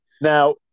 Now